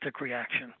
reaction